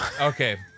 Okay